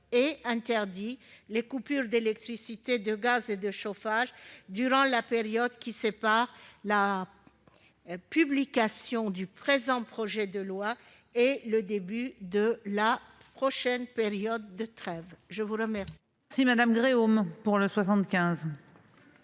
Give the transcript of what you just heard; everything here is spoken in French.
et à interdire les coupures d'électricité, de gaz et de chauffage durant la période qui sépare la promulgation du présent texte et le début de la prochaine période de trêve hivernale.